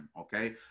okay